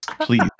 please